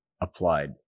applied